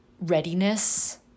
readiness